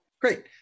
Great